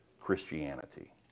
Christianity